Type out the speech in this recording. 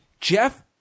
Jeff